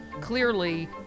clearly